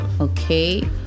Okay